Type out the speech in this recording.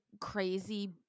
crazy